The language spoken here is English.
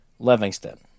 Levingston